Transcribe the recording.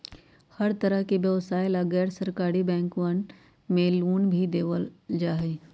हर तरह के व्यवसाय ला गैर सरकारी बैंकवन मे लोन भी देवल जाहई